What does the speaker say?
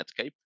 Netscape